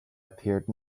appeared